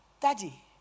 Daddy